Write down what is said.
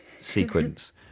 sequence